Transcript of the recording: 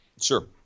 sure